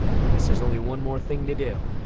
i guess there's only one more thing to do.